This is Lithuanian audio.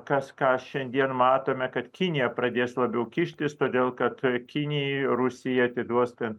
kas ką šiandien matome kad kinija pradės labiau kištis todėl kad kinijai rusija atiduos ten